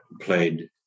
played